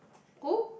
who